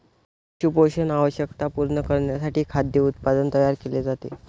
पशु पोषण आवश्यकता पूर्ण करण्यासाठी खाद्य उत्पादन तयार केले जाते